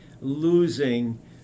losing